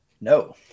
no